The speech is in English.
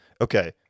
Okay